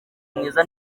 mwiza